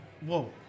Whoa